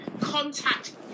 contact